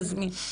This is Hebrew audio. יסמין?